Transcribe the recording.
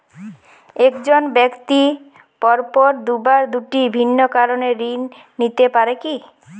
এক জন ব্যক্তি পরপর দুবার দুটি ভিন্ন কারণে ঋণ নিতে পারে কী?